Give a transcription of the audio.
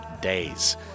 Days